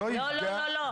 לא, לא, לא.